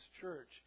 church